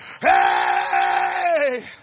Hey